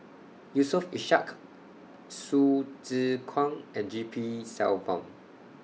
Yusof Ishak Hsu Tse Kwang and G P Selvam